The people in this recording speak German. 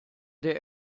der